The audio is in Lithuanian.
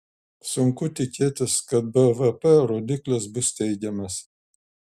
sunku tikėtis kad bvp rodiklis bus teigiamas